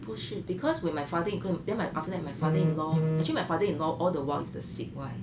不是 because when my father in cl~ then after that my father-in-law actually my father-in-law all the while is the sick one